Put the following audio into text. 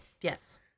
Yes